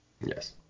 Yes